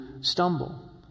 stumble